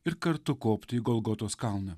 ir kartu kopti į golgotos kalną